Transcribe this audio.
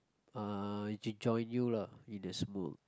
ah j~ join you lah in the Smule